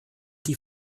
die